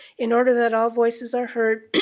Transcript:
in order that all voices are heard,